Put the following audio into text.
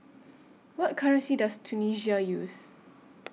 What currency Does Tunisia use